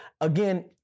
again